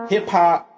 Hip-hop